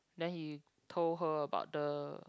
then he told her about the